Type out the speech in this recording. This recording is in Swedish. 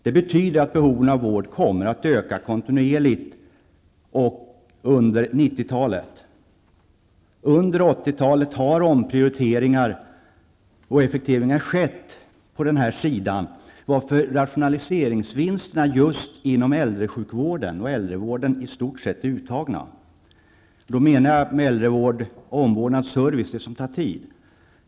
Detta betyder att behoven av vård kommer att öka kontinuerligt under 1990-talet. Under 1980-talet har omprioriteringar skett på detta område, varför rationaliseringsvinsterna inom just äldrevården i stort sett är uttagna. Med äldrevård menar jag då omvårdnad och service, dvs. det som tar tid.